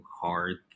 hard